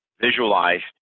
visualized